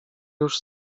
już